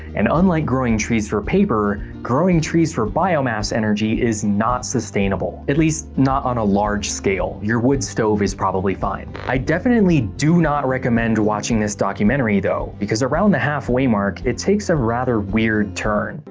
and unlike growing trees for paper, growing trees for biomass energy is not sustainable. at least not on a large scale, your wood stove is probably fine. i definitely do not recommend watching this documentary though, because around the halfway mark, it takes a rather weird turn.